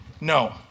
no